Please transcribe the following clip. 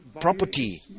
property